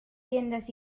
tiendas